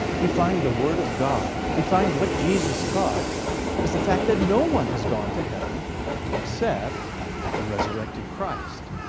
we find the word of god, we find what jesus taught is the fact that no one has gone to heaven except the resurrected christ.